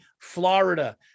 Florida